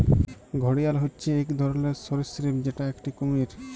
ঘড়িয়াল হচ্যে এক ধরলর সরীসৃপ যেটা একটি কুমির